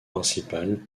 principal